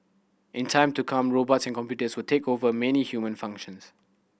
in time to come robots and computers will take over many human functions